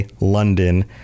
London